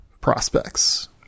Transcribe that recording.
prospects